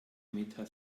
meta